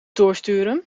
doorsturen